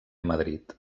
madrid